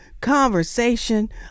conversation